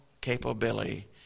capability